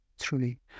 truly